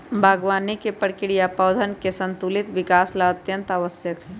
बागवानी के प्रक्रिया पौधवन के संतुलित विकास ला अत्यंत आवश्यक हई